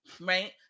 right